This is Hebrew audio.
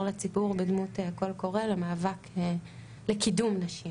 לציבור בדמות קול קורא לקידום נשים,